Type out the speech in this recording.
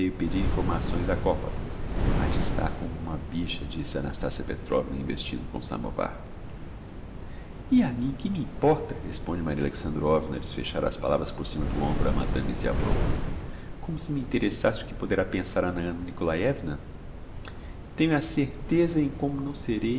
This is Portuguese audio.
pedir informações á copa ha de estar como uma bicha disse a nastassia petrovna investindo com o samovar e a mim que me importa responde maria alexandrovna a desfechar as palavras por cima do hombro a madame ziablova como se me interessasse o que poderá pensar anna nikolaievna tenho a certeza em como não serei